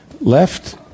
left